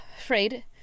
afraid